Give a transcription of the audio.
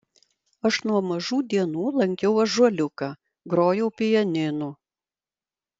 aš nuo mažų dienų lankiau ąžuoliuką grojau pianinu